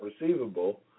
receivable